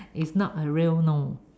it's not a real no